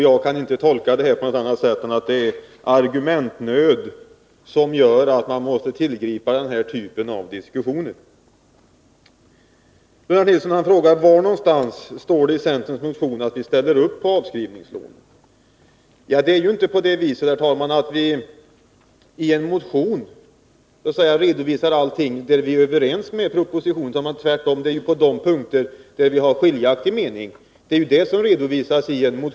Jag kan inte tolka det på annat sätt än att det är argumentnöd som gör att han måste tillgripa den här typen av argumentation. Lennart Nilsson frågar var någonstans i centerns motion det står att vi ställer upp på avskrivningslånen. Herr talman! I en motion redovisar man ju inte de punkter där man är överens med propositionen, utan tvärtom de punkter där man har skiljaktig mening.